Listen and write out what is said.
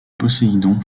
poséidon